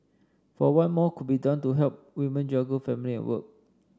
for one more could be done to help women juggle family and work